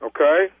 Okay